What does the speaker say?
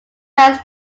paris